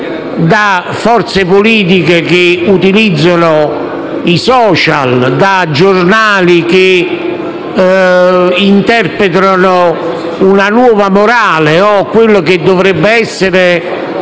da forze politiche che utilizzano i *social*, da giornali che interpretano una nuova morale che dovrebbe essere